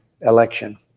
election